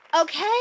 Okay